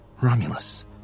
Romulus